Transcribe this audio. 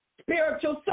spiritual